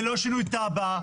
זה לא שינוי תב"ע.